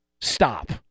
Stop